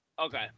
Okay